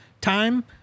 time